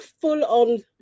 full-on